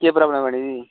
केह् प्राब्लम बनी दी